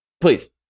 Please